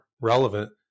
relevant